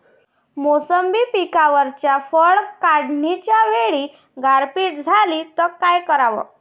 मोसंबी पिकावरच्या फळं काढनीच्या वेळी गारपीट झाली त काय कराव?